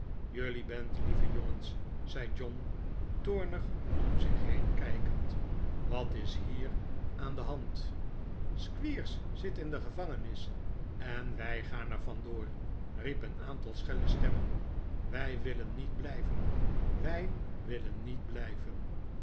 jullie bent lieve jongens zei john toornig om zich heen kijkend wat is hier aan de hand squeers zit in de gevangenis en wij gaan er vandoor riep een aantal schelle stemmen wij willen niet blijyen wij willen niet blijven